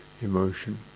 emotion